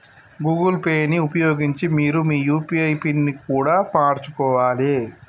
Google Pay ని ఉపయోగించి మీరు మీ యూ.పీ.ఐ పిన్ని కూడా మార్చుకోవాలే